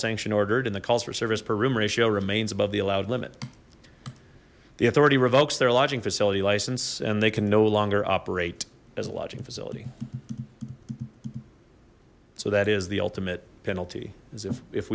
sanction ordered and the calls for service per room ratio remains above the allowed limit the authority revokes their lodging facility license and they can no longer operate as a lodging facility so that is the ultimate penalty is if if